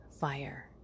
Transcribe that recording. fire